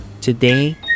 Today